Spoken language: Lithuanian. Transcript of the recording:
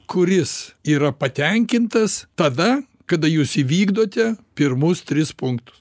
kuris yra patenkintas tada kada jūs įvykdote pirmus tris punktus